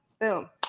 Boom